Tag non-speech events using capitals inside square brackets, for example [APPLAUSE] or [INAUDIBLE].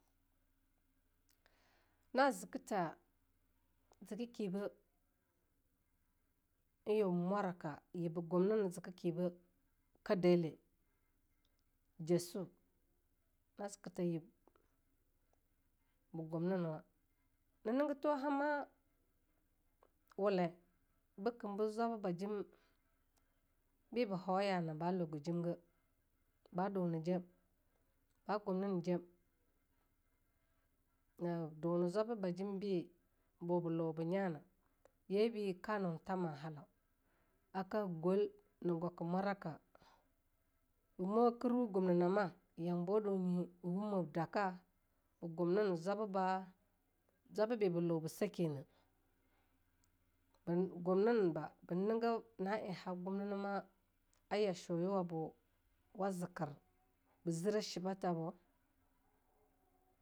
Na ziki tha zeko kebeh eing yiu en mwaraka, yibbe bah gumnim zika ki bei ka deleh, Jessu, nasika than yibbe gumninau, na ninggin thuwo hama wuleing bekembo zwaba bajim be bn hau ya'a na ba loga jimge ba do nejem, ba gumminm jiem, nab dono zwaba ba jiem be bo ba labe nyaa na, yambi ka no eing thama halaun, aka gwel na gwake mwaraka, be moker gumninama, yambo dunyi eing wumem daka be gumnin zwaba ba, [NOISE] zwaba be ba lobe siekienah, be gumninba be niengib na eing hab gumnina ma wa zeker na, be zireh shieban tha bona.